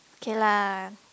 okay lah